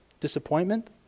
disappointment